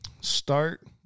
start